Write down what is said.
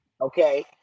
Okay